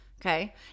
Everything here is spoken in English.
Okay